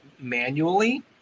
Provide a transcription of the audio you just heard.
manually